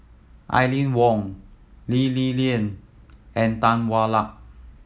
Aline Wong Lee Li Lian and Tan Hwa Luck